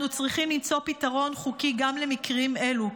אנחנו צריכים למצוא פתרון חוקי גם למקרים אלו.